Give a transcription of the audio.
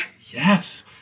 Yes